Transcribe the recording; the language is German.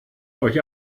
euch